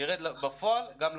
ירד בפועל גם לקופות.